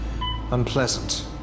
unpleasant